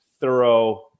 thorough